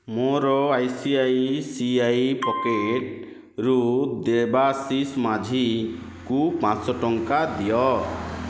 ମୋ I C I C I ପକେଟ୍ରୁ ଦେବାଶିଷ ମାଝୀଙ୍କୁ ପାଞ୍ଚ ଶହ ଟଙ୍କା ଦିଅ